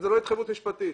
זאת לא התחייבות משפטית.